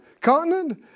continent